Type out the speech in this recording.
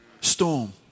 Storm